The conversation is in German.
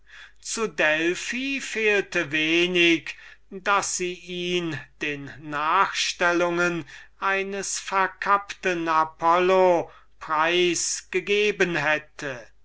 zu delphi fehlte es wenig daß sie ihn den nachstellungen eines verkappten apollo preis gegeben hätte zu